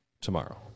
tomorrow